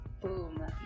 Boom